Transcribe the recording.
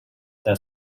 their